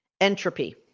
Entropy